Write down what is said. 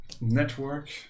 network